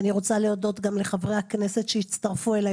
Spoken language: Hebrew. אני רוצה להודות גם לחברי הכנסת שהצטרפו אליי